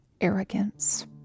arrogance